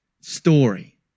story